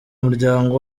muryango